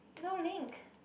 no link